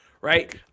Right